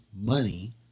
money